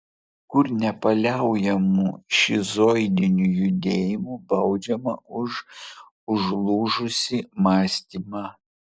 kur nepaliaujamu šizoidiniu judėjimu baudžiama už užlūžusį mąstymą